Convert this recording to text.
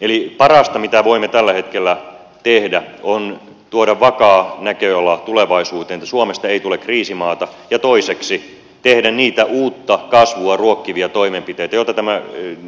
eli parasta mitä voimme tällä hetkellä tehdä on tuoda vakaa näköala tulevaisuuteen niin että suomesta ei tule kriisimaata ja toiseksi tehdä niitä uutta kasvua ruokkivia toimenpiteitä joita